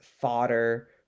fodder